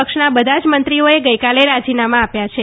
ક્ષના બધા જ મંત્રીઓએ ગઇકાલે રાજીનામા આપ્યા છે